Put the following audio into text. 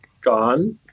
gone